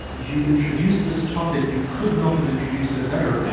you introduced this topic you could not have introduced it better, ah